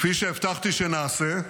כפי שהבטחתי שנעשה,